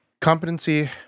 Competency